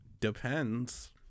Depends